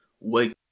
wake